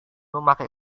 memakai